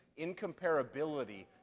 incomparability